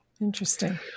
Interesting